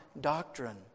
doctrine